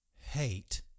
hate